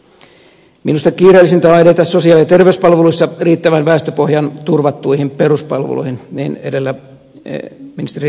minusta kiireellisintä on edetä sosiaali ja terveyspalveluissa riittävän väestöpohjan turvattuihin peruspalveluihin niin edellä ministeri risikkokin viittasi